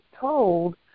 told